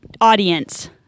audience